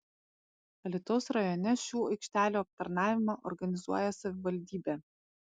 alytaus rajone šių aikštelių aptarnavimą organizuoja savivaldybė